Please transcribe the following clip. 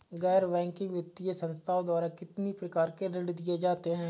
गैर बैंकिंग वित्तीय संस्थाओं द्वारा कितनी प्रकार के ऋण दिए जाते हैं?